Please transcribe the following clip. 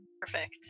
Perfect